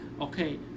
Okay